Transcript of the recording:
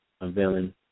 unveiling